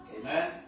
Amen